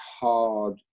hard